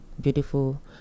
beautiful